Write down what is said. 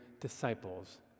disciples